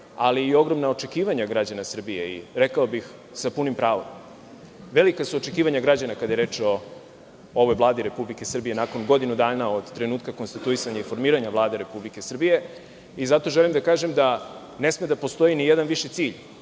ali i ogromna očekivanja građana Srbije i, rekao bih, sa punim pravom. Velika su očekivanja građana kada je reč o ovoj Vladi Republike Srbije nakon godinu dana od trenutka konstituisanja i formiranja Vlade Republike Srbije. Zato želim da kažem da ne sme da postoji nijedan viši cilj,